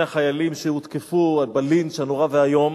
החיילים שהותקפו בלינץ' הנורא ואיום